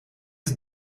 het